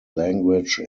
language